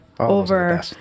Over